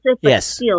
yes